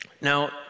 Now